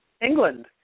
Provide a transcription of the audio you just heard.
England